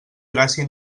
gràcia